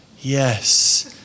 yes